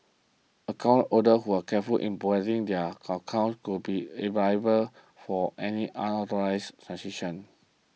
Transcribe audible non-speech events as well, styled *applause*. account holders who were careful in protecting their accounts would not be liable for any *unintelligible* transactions